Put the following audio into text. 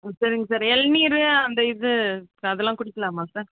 சரிங்க சார் இளநீர் அந்த இது அதெல்லாம் குடிக்கலாமா சார்